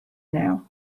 now